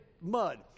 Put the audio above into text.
mud